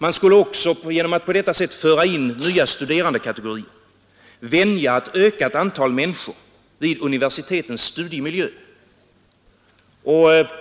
Man skulle också genom att på detta sätt föra in nya studerandekategorier vänja ett ökat antal människor vid universitetens studiemiljö.